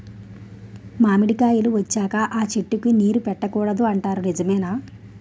మామిడికాయలు వచ్చాక అ చెట్టుకి నీరు పెట్టకూడదు అంటారు నిజమేనా?